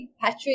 Patrick